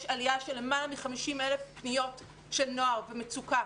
יש עלייה של למעלה מ-50,000 פניות של נוער במצוקה.